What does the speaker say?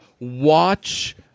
watch